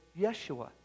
Yeshua